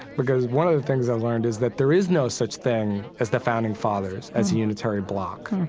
because one of the things i've learned is that there is no such thing as the founding fathers, as a unitary block.